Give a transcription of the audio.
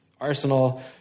Arsenal